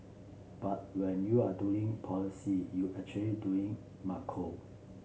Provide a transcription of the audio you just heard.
but when you are doing policy you actually doing macro